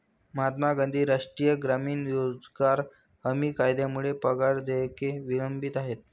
महात्मा गांधी राष्ट्रीय ग्रामीण रोजगार हमी कायद्यामुळे पगार देयके विलंबित आहेत